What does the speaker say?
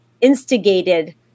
instigated